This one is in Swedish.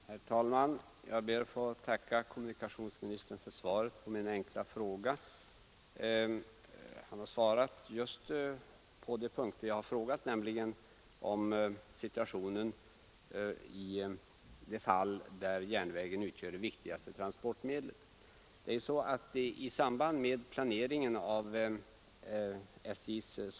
Herr talman! Jag ber att få tacka kommunikationsministern för svaret på min enkla fråga. Svaret tar upp just de fall som jag har frågat om, nämligen där järnvägen utgör det viktigaste transportmedlet.